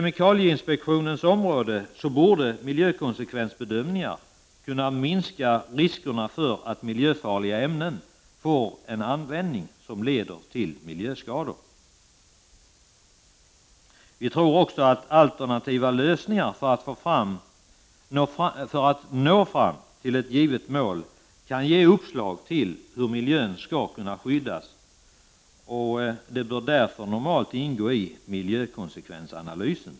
Miljökonsekvensbedömningar borde kunna minska riskerna för att miljöfarliga ämnen får en användning som leder till miljöskador. Vi tror också att alternativa lösningar för att nå fram till ett givet mål kan ge uppslag till hur miljön skall kunna skyddas. Det bör därför normalt ingå i en miljökonsekvensanalys.